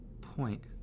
point